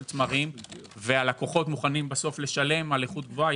תמרים והלקוחות מוכנים לשלם על איכות גבוהה.